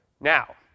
now